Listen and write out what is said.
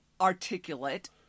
articulate